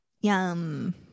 Yum